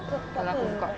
kalau aku buka kan